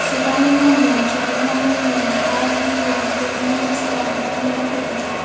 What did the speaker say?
Sibani Murmu Chandana Murmu Payen Hembrom Purnima Hansda Mamita Tudu